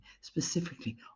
specifically